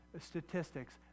statistics